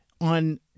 On